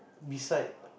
beside